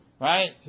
Right